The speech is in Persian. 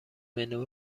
منو